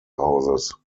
hauses